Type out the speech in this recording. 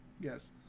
Yes